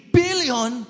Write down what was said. billion